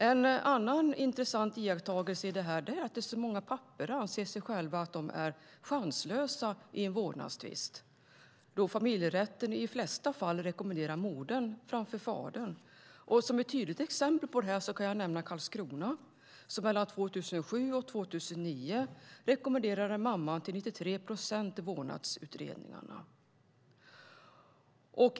En annan intressant iakttagelse i detta är att så många pappor anser att de är chanslösa i en vårdnadstvist, då familjerätten i de flesta fall rekommenderar modern framför fadern. Som ett tydligt exempel på detta kan jag nämna Karlskrona, som mellan 2007 och 2009 rekommenderade mamman i 93 procent av vårdnadsutredningarna.